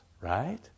right